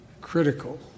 critical